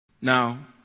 Now